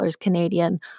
Canadian